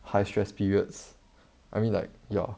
high stress periods I mean like ya